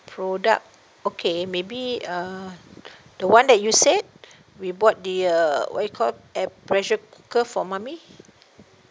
product okay maybe uh the one that you said we bought the uh what you call air pressure cooker for mummy